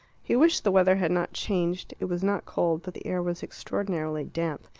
he wished the weather had not changed it was not cold, but the air was extraordinarily damp.